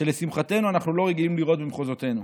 שלשמחתנו אנו לא רגילים לראות במחוזותינו.